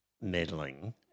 meddling